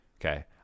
Okay